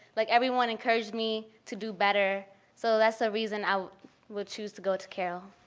like everyone encouraged me to do better so that's the reason i would choose to go to carroll.